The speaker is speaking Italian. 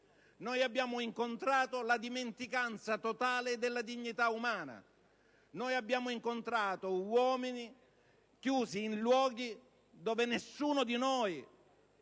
Noi abbiamo incontrato la dimenticanza totale della dignità umana; abbiamo incontrato uomini chiusi in luoghi non solo dove nessuno di noi